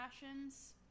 passions